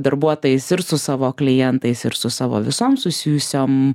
darbuotojais ir su savo klientais ir su savo visom susijusiom